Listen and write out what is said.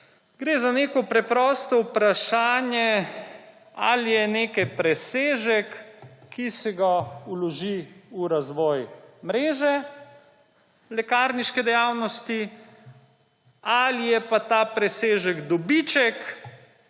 Gre za neko preprosto vprašanje, ali je nekaj presežek, ki se ga vloži v razvoj mreže lekarniške dejavnosti, ali je pa ta presežek dobiček,